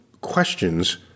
questions